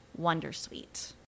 wondersuite